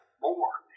more